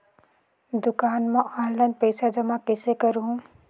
दुकान म ऑनलाइन पइसा जमा कइसे करहु?